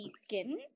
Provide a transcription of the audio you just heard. skin